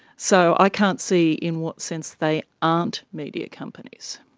so i can't see in what sense they aren't media companies.